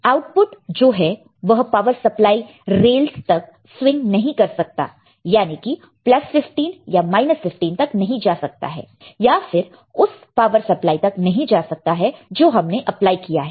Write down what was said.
output जो है वह पावर सप्लाई रेल्स तक स्विंग नहीं कर सकता याने कि प्लस 15 या माइनस 15 तक नहीं जा सकता है या फिर उस पावर सप्लाई तक नहीं जा सकता है जो हमने अप्लाई किया है